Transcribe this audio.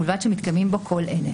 ובלבד שמתקיימים בו כל אלה,